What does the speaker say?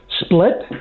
split